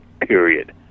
period